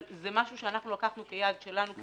אבל זה משהו שלקחנו כיעד שלנו.